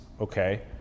okay